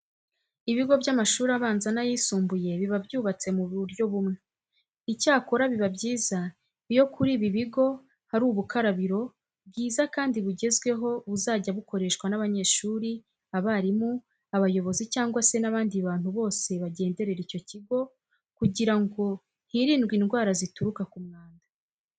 Ibigo by'amashuri abanza n'ayisumbuye biba byubatse mu buryo bumwe. Icyakora biba byiza iyo kuri ibi bigo hari ubukarabiro bwiza kandi bugezweho buzajya bukoreshwa n'abanyeshuri, abarimu, abayobozi cyangwa se n'abandi bantu bose bagenderera icyo kigo kugira ngo hirindwe indwara zituruka ku mwanda.